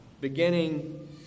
beginning